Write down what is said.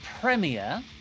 premiere